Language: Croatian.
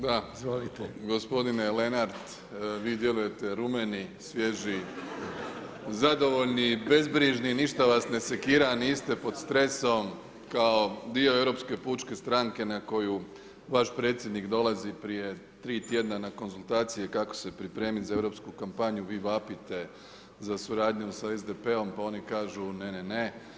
Da, gospodine Lenart, vi djelujete rumeni, svježi, zadovoljni, bezbrižni, ništa vas ne sekira, niste pod stresom kao dio Europske pučke stranke na koju vaš predsjednik dolazi prije 3 tjedna na konzultacije kako se pripremiti za Europsku kampanju, vi vapite za suradnjom sa SDP-om pa oni kažu ne, ne, ne.